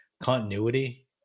continuity